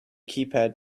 keypad